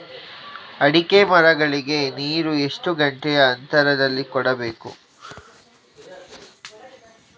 ಅಡಿಕೆ ಮರಗಳಿಗೆ ನೀರು ಎಷ್ಟು ಗಂಟೆಯ ಅಂತರದಲಿ ಕೊಡಬೇಕು?